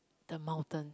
the mountain